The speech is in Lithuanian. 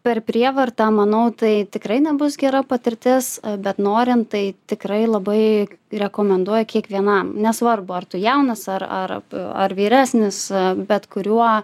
per prievartą manau tai tikrai nebus gera patirtis bet norint tai tikrai labai rekomenduoju kiekvienam nesvarbu ar tu jaunas ar ar ar vyresnis bet kuriuo